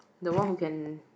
the one who can